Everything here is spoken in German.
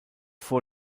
vor